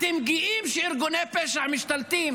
אתם גאים שארגוני פשע משתלטים